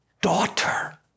daughter